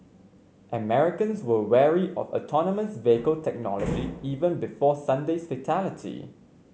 Americans were wary of autonomous vehicle technology even before Sunday's fatality